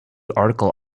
article